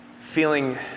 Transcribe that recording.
feeling